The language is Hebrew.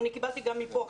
קיבלתי גם עכשיו,